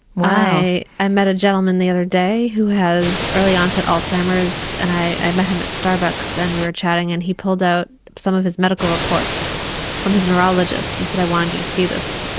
i met a gentleman the other day who has early onset alzheimer's and i met him at starbucks and we were chatting and he pulled out some of his medical reports from his neurologist he said i wanted you to see this.